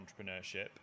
entrepreneurship